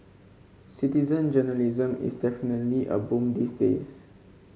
citizen journalism is definitely a boom these days